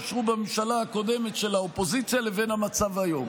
אושרו בממשלה הקודמת, לבין המצב היום.